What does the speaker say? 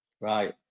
Right